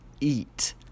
eat